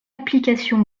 application